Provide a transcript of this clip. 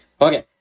Okay